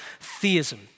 theism